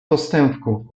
postępku